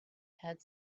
had